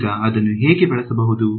ಈಗ ಅದನ್ನು ಹೇಗೆ ಬಳಸಲಾಗುವುದು